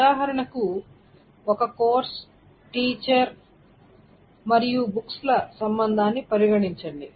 ఉదాహరణకు ఒక course teacher మరియు బుక్స్ ల సంబంధాన్ని పరిగణించండి